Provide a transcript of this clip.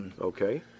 okay